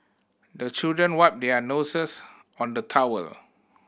the children wipe their noses on the towel